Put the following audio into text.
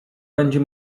będzie